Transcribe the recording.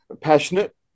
Passionate